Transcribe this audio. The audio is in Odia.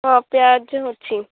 ହଁ ପିଆଜ ଅଛି